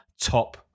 top